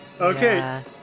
Okay